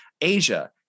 Asia